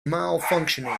malfunctioning